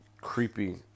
creepy